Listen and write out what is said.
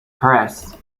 press